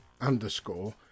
underscore